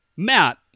Matt